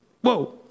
whoa